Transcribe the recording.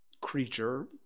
creature